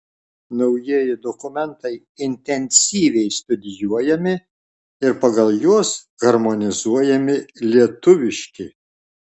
naujieji dokumentai intensyviai studijuojami ir pagal juos harmonizuojami lietuviški